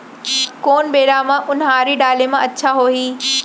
कोन बेरा म उनहारी डाले म अच्छा होही?